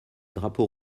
drapeau